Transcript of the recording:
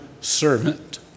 servant